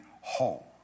whole